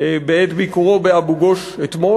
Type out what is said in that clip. בעת ביקורו באבו-גוש אתמול.